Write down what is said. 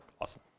Awesome